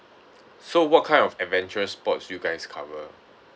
so what kind of adventurous sports you guys cover